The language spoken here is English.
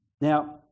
Now